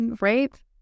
Right